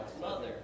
mother